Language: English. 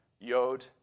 Yod